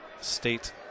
state